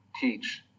teach